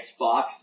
Xbox